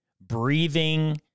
breathing